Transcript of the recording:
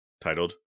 titled